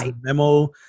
memo